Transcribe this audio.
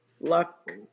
luck